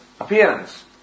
appearance